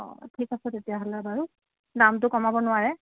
অ ঠিক আছে তেতিয়াহ'লে বাৰু দামটো কমাব নোৱাৰে